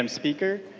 um speaker.